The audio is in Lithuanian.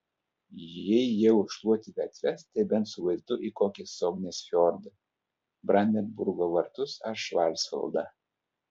jei jau šluoti gatves tai bent su vaizdu į kokį sognės fjordą brandenburgo vartus ar švarcvaldą